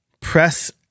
press